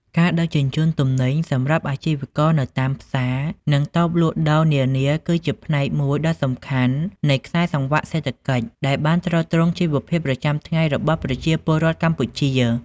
ការដឹកជញ្ជូនទំនិញសម្រាប់អាជីវករនៅតាមផ្សារ និងតូបលក់ដូរនានាគឺជាផ្នែកមួយដ៏សំខាន់នៃខ្សែសង្វាក់សេដ្ឋកិច្ចដែលបានទ្រទ្រង់ជីវភាពប្រចាំថ្ងៃរបស់ប្រជាពលរដ្ឋកម្ពុជា។